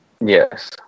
Yes